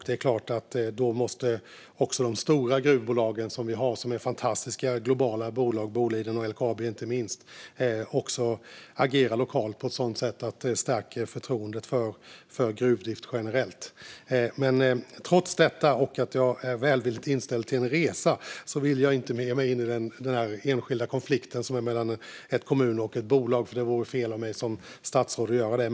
Det är klart att då måste de stora gruvbolag som vi har, som är fantastiska globala bolag, inte minst Boliden och LKAB, också agera lokalt på ett sådant sätt att det stärker förtroendet för gruvdrift generellt. Men trots detta och att jag är välvilligt inställd till en resa vill jag inte ge mig in i den enskilda konflikten som är mellan en kommun och ett bolag, för det vore fel av mig som statsråd att göra det.